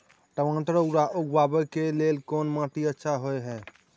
टमाटर उगाबै के लेल कोन माटी अच्छा होय है?